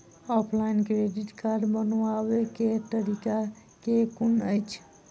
Offline credit card बनाबै केँ तरीका केँ कुन अछि?